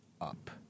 up